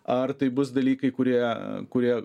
ar tai bus dalykai kurie kurie